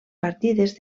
partides